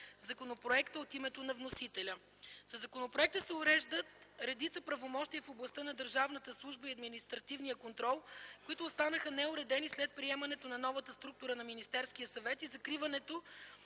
законопроекта от името на вносителя. Със законопроекта се уреждат редица правомощия в областта на държавната служба и административния контрол, които останаха неуредени след приемането на новата структура на Министерския съвет и закриването